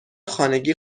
خانگی